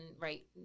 right